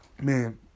man